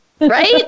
Right